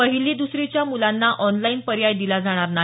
पहिली दुसरीच्या मुलांना ऑनलाईन पर्याय दिला जाणार नाही